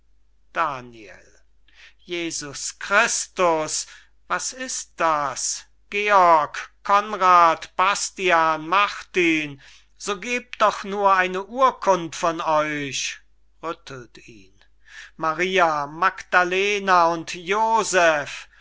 daniel jesus christus was ist das georg conrad bastian martin so gebt doch nur eine urkund von euch rüttelt ihn maria magdalena und joseph